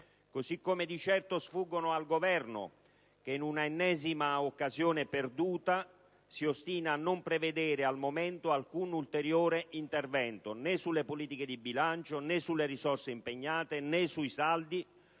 così come di certo sfuggono al Governo che, in un'ennesima occasione perduta, si ostina a non prevedere al momento alcun ulteriore intervento, né sulle politiche di bilancio, né sulle risorse impegnate e neanche sui saldi,